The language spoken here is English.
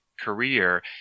career